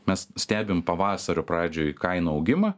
mes stebim pavasario pradžioj kainų augimą